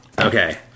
Okay